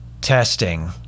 testing